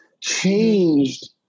changed